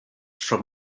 from